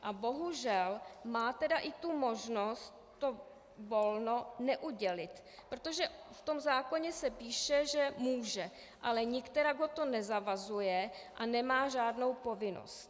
A bohužel má i možnost to volno neudělit, protože v zákoně se píše, že může, ale nikterak ho to nezavazuje a nemá žádnou povinnost.